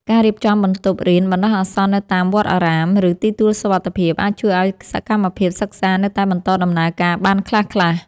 ការរៀបចំបន្ទប់រៀនបណ្តោះអាសន្ននៅតាមវត្តអារាម ឬទីទួលសុវត្ថិភាព អាចជួយឱ្យសកម្មភាពសិក្សានៅតែបន្តដំណើរការបានខ្លះៗ។